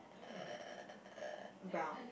uh brown